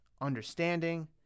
understanding